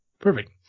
Perfect